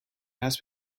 has